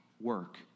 work